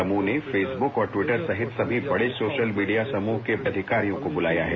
समूह ने फेसबुक और टिवटर सहित सभी बड़े सोशल मीडिया समूह के अधिकारियों को बुलाया है